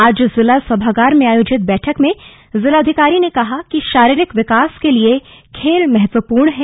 आज जिला सभागार में आयोजित बैठक में जिलाधिकारी ने कहा कि शारीरिक विकास के लिए खेल महत्वूपर्ण हैं